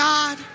God